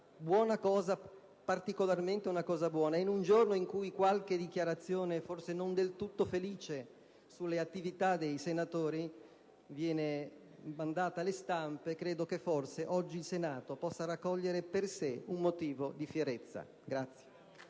un'azione particolarmente buona. In un giorno in cui qualche dichiarazione, forse non del tutto felice, sulle attività dei senatori viene mandata alle stampe, io ritengo che oggi il Senato possa raccogliere per sé un motivo di fierezza.*(Applausi